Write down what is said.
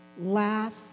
Laugh